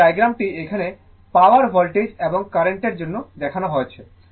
এবং ডায়াগ্রাম টি এখানে পাওয়ার ভোল্টেজ এবং কার্রেন্টের জন্য দেখানো হয়েছে